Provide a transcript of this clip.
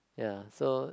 ya so